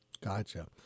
Gotcha